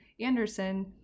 Anderson